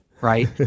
right